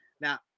Now